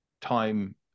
time